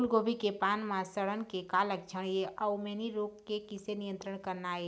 फूलगोभी के पान म सड़न के का लक्षण ये अऊ मैनी रोग के किसे नियंत्रण करना ये?